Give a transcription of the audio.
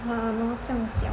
!hannor! 这样小